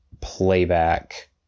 playback